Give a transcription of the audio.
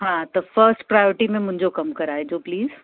हा त first priority में मुंहिंजो कमु कराइजो प्लीज